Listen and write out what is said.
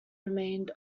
remained